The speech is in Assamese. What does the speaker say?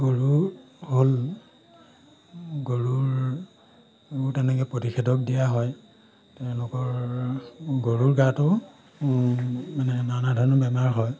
গৰু হ'ল গৰুৰো তেনেকে প্ৰতিষেধক দিয়া হয় তেওঁলোকৰ গৰুৰ গাতো মানে নানা ধৰণৰ বেমাৰ হয়